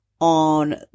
on